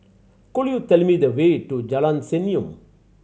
could you tell me the way to Jalan Senyum